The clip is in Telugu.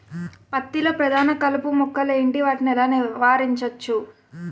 పత్తి లో ప్రధాన కలుపు మొక్కలు ఎంటి? వాటిని ఎలా నీవారించచ్చు?